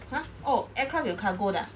!huh! oh aircraft 有 cargo 的 ah